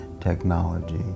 technology